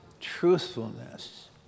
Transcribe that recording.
truthfulness